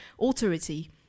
authority